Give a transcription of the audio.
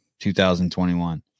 2021